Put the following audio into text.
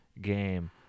game